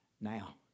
now